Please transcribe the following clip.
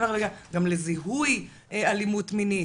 גם לזיהוי אלימות מינית,